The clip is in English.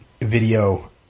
video